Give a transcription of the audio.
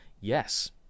Yes